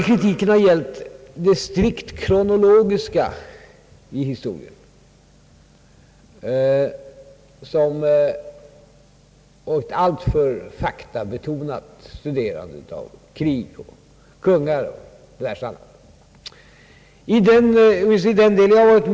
Kritiken har vidare gällt det strikt kronologiska i historieundervisningen, ett alltför faktabetonat pluggande om krig och kungar och diverse annat.